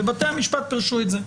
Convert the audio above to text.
ובתי המשפט פירשו את זה.